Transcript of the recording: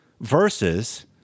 versus